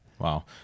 Wow